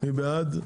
מי בעד ההסתייגויות?